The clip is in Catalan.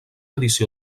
edició